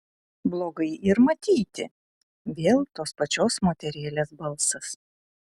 blogai yr matyti vėl tos pačios moterėlės balsas